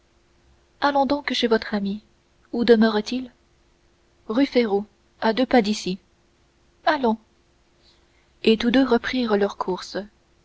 allons donc chez votre ami où demeure-t-il rue férou à deux pas d'ici allons et tous deux reprirent leur course